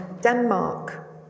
Denmark